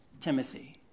Timothy